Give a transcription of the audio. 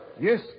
Yes